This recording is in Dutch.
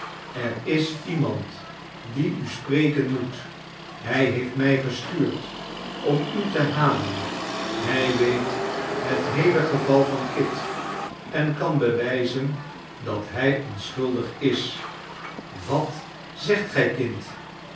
er is iemand die u spreken moet hij heeft mij gestuurd om u te halen hij weet het geheele geval van kit en kan bewijzen dat hij onschuldig is wat zegt gij kind